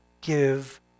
give